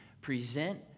present